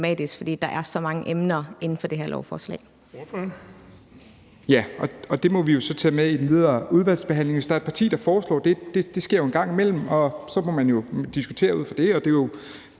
Ordføreren. Kl. 13:50 Rasmus Horn Langhoff (S): Ja, og det må vi jo så tage med i den videre udvalgsbehandling. Hvis der er et parti, der foreslår det – og det sker jo en gang imellem – må man diskutere ud fra det. Og det sker da,